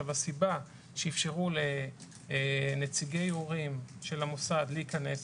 הסיבה שאפשרו לנציגי הורים של המוסד להיכנס,